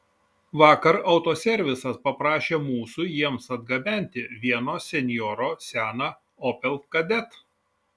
vakar autoservisas paprašė mūsų jiems atgabenti vieno senjoro seną opel kadett